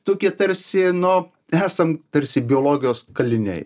tokie tarsi nu esam tarsi biologijos kaliniai